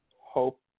hope